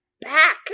back